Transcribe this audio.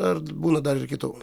ar būna dar ir kitų